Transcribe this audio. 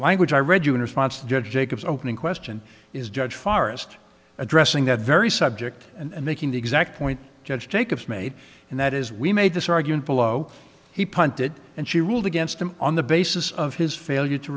language i read you in response judge jacobs opening question is judge forest addressing that very subject and making the exact point judge jacobs made and that is we made this argument below he punted and she ruled against him on the basis of his failure to